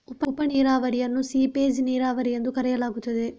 ಉಪ ನೀರಾವರಿಯನ್ನು ಸೀಪೇಜ್ ನೀರಾವರಿ ಎಂದೂ ಕರೆಯಲಾಗುತ್ತದೆ